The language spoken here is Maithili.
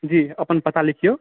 जी अपन पता लिखिऔ